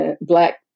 black